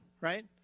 right